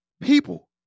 people